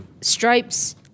Stripes